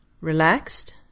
Relaxed